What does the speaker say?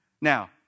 Now